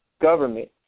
government